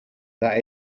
that